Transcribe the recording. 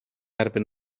erbyn